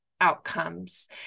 outcomes